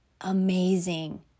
amazing